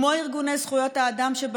וכמו ארגוני זכויות האדם,